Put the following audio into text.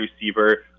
receiver